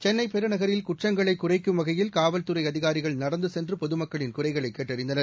சென்னை பெருநகரில் குற்றங்களை குறைக்கும் வகையில் காவல்துறை அதிகாரிகள் நடந்து சென்று பொதுமக்களின் குறைகளை கேட்டறிந்தனர்